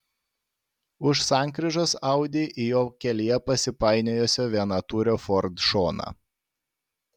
už sankryžos audi į jo kelyje pasipainiojusio vienatūrio ford šoną